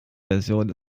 version